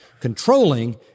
controlling